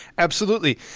absolutely.